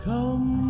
Come